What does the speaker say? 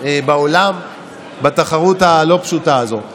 בעולם בתחרות לא פשוטה זו.